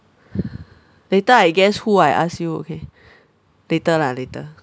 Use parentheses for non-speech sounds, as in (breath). (breath) later I guess who I ask you okay later lah later